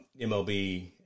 MLB